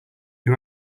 who